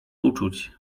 uczuć